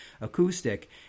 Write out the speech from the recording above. acoustic